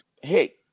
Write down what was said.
Hey